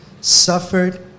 suffered